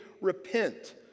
repent